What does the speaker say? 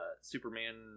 Superman